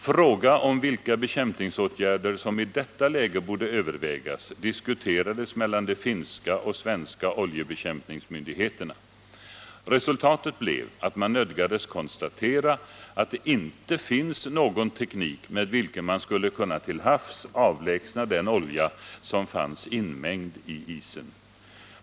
Frågan om vilka bekämpningsåtgärder som i detta läge borde övervägas diskuterades mellan de finska och svenska oljebekämpningsmyndigheterna. Resultatet blev att man nödgades konstatera att det inte finns någon teknik, med vilken man skulle kunna till havs avlägsna den olja som fanns inmängd i isen.